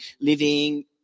living